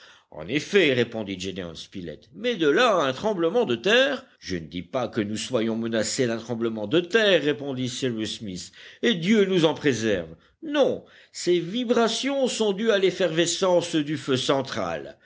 en effet répondit gédéon spilett mais de là à un tremblement de terre je ne dis pas que nous soyons menacés d'un tremblement de terre répondit cyrus smith et dieu nous en préserve non ces vibrations sont dues à l'effervescence du feu central